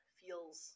feels